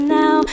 now